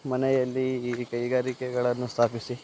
ಮನೆಯಲ್ಲಿ ಕೈಗಾರಿಕೆಗಳನ್ನು ಸ್ಥಾಪಿಸಿ